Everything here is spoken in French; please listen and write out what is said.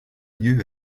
lieu